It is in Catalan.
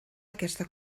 aquesta